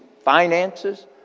finances